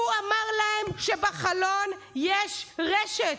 הוא אמר להם שבחלון יש רשת.